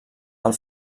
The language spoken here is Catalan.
del